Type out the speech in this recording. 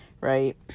right